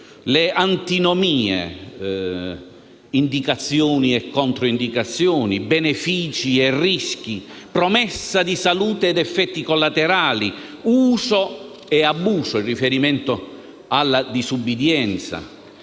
sue antinomie: indicazioni e controindicazioni, benefici e rischi, promessa di salute ed effetti collaterali, uso ed abuso, in riferimento alla disobbedienza.